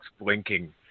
blinking